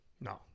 No